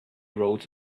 roads